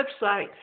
website